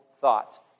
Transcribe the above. thoughts